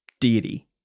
deity